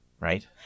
right